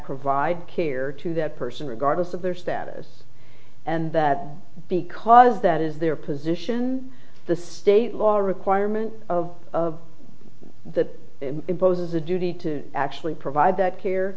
provide care to that person regardless of their status and that because that is their position the state law a requirement of that imposes a duty to actually provide that care